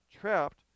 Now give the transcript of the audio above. trapped